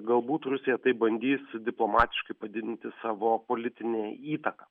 galbūt rusija taip bandys diplomatiškai padidinti savo politinę įtaką